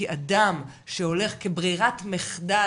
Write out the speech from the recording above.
כי אדם שהולך כברירת מחדל,